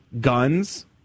guns